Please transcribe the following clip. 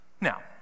Now